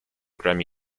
grammy